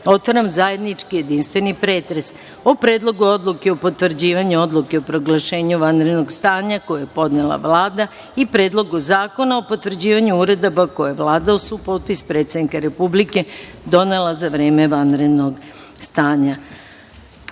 otvaram zajednički jedinstveni pretres o Predlogu Predlogu odluke o potvrđivanju Odluke o proglašenju vanrednog stanja, koji je podnela Vlada i Predlogu zakona o potvrđivanju uredaba koje je Vlada, uz supotpis predsednika Republike, donela za vreme vanrednog stanja. Da